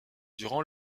durant